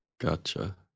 Gotcha